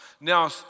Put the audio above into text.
Now